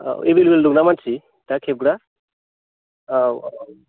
available दंना मानसि दा खेबग्रा औ औ